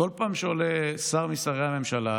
בכל פעם שעולה שר משרי הממשלה,